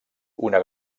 una